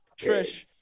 Trish